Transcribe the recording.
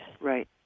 Right